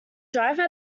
driver